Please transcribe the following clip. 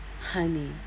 honey